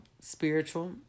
spiritual